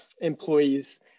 employees